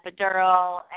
epidural